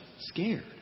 scared